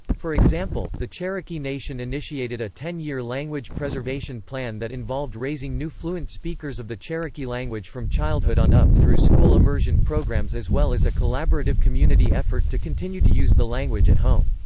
for example, the cherokee nation initiated a ten year language preservation plan that involved raising new fluent speakers of the cherokee language from childhood on up through school immersion programs as well as a collaborative community effort to continue to use the language at home.